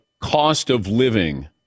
cost-of-living